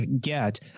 get